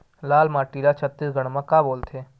लाल माटी ला छत्तीसगढ़ी मा का बोलथे?